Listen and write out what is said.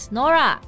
Nora